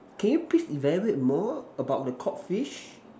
can you please elaborate more about the cod fish